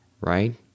right